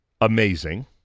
amazing